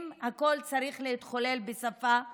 אם הכול צריך להתחולל בשפה זרה.